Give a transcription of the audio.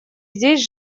здесь